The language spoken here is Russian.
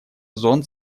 зон